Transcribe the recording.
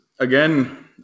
again